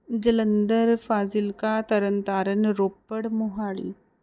Jalandhar Fazilka Tarn Taran Ropar Mohali